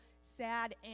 sad